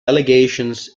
allegations